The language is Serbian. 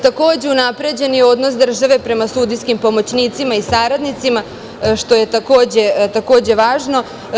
Takođe, unapređen je odnos države prema sudijskim pomoćnicima i saradnicima, što je takođe važno.